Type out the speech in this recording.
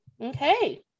Okay